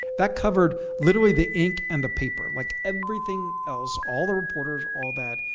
that covered literally the ink and the paper. like everything else, all the reporters, all that,